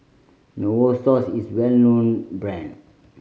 Novosource is well known brand